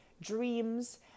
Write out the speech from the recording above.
dreams